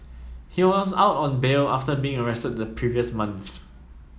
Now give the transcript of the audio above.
he was out on bail after being arrested the previous month